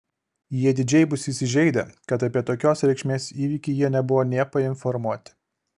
jie didžiai bus įsižeidę kad apie tokios reikšmės įvykį jie nebuvo nė painformuoti